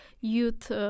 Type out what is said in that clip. youth